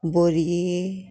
बोरये